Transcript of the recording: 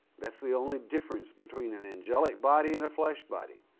that's the only difference between an angelic body and a flesh body.